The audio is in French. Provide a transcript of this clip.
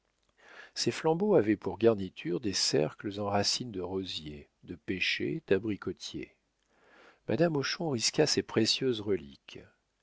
ces flambeaux avaient pour garnitures des cercles en racines de rosier de pêcher d'abricotier madame hochon risqua ces précieuses reliques